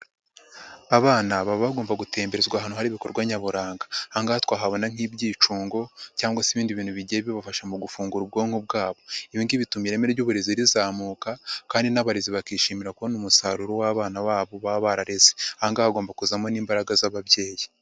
abana baba bagomba gutemberezwa ahantu hari ibikorwa nyaburangahanga. Aha ngaha twahabona nk'ibyicungo cyangwa se ibindi bintu bigiye bibafasha mu gufungura ubwonko bwabo. Ibigi bituma ireme ry'uburezi rizamuka kandi n'abarezi bakishimira kubona umusaruro w'abana babo baba barareze. Aha ngaha hagomba kuzamo n'imbaraga z'ababyeyi.